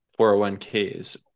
401ks